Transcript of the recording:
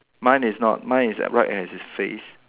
mine is not mine is right at his face